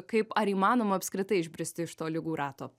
kaip ar įmanoma apskritai išbristi iš to ligų rato